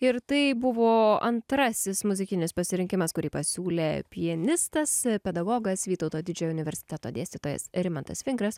ir tai buvo antrasis muzikinis pasirinkimas kurį pasiūlė pianistas pedagogas vytauto didžiojo universiteto dėstytojas rimantas vingras